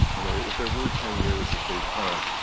if there were ten years of detente,